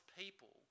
people